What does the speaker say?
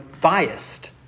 biased